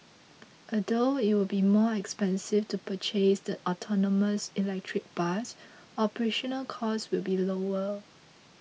although it will be more expensive to purchase the autonomous electric bus operational costs will be lower